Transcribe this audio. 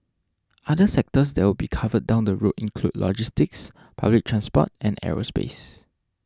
other sectors that will be covered down the road include logistics public transport and aerospace